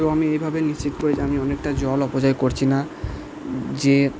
তো আমি এভাবে নিশ্চিত করি যে আমি অনেকটা জল অপচয় করছি না যে